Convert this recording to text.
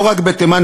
לא רק בתימן,